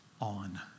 on